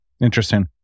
Interesting